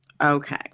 Okay